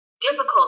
difficult